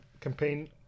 campaign